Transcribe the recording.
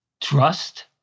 trust